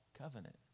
covenant